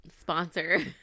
Sponsor